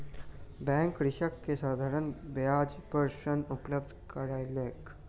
bank कृषक के साधारण ब्याज पर ऋण उपलब्ध करौलक